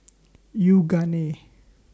Yoogane